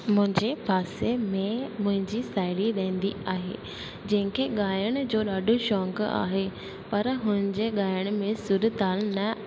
मुंहिंजे पासे में मुंहिंजी साहेड़ी रहंदी आहे जंहिंखे ॻाइण जो ॾाढो शौक़ु आहे पर हुन जे ॻाइण में सुरु ताल न